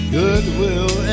goodwill